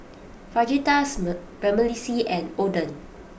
Fajitas Vermicelli and Oden